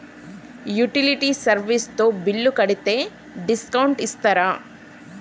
Utility service తో bill కడితే discount ఇస్తరా?